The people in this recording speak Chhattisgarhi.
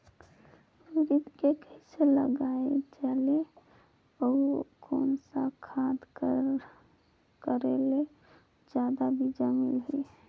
उरीद के कइसे लगाय जाले अउ कोन खाद कर करेले जादा बीजा मिलही?